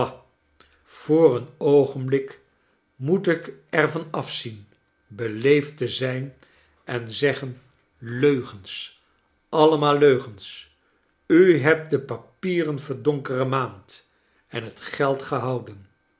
voor een oogenblik moet ik er van afzien beleefd te zijn en zeggen leugens allemaal leugens u hebt de papieren verdonkeremaand en het geld gehouden